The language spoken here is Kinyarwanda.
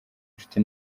inshuti